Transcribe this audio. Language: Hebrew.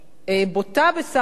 בוטה בסך הכול,